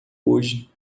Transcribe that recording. hoje